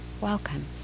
Welcome